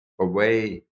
away